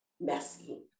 messy